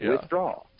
withdraw